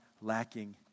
lacking